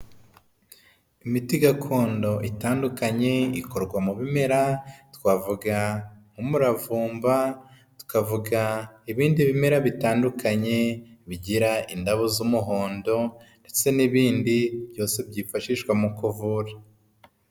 Imiti gakondo itandukanye ikorwa mu bimera twavuga: nk'umuravumba, tukavuga ibindi bimera bitandukanye bigira indabo z'umuhondo ndetse n'ibindi byose byifashishwa mu kuvura.